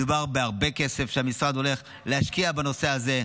מדובר בהרבה כסף שהמשרד הולך להשקיע בנושא הזה,